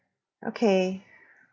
okay